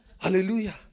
Hallelujah